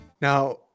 Now